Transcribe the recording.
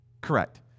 Correct